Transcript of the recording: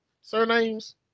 surnames